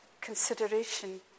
consideration